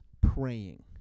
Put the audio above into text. praying